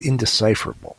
indecipherable